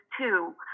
two